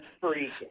freak